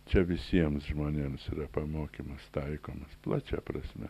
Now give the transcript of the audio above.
čia visiems žmonėms yra pamokymas taikomas plačia prasme